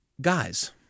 guys